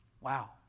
Wow